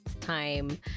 time